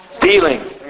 dealing